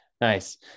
Nice